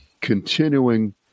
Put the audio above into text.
continuing